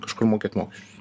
kažkur mokėt mokesčius